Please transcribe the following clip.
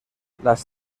las